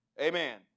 Amen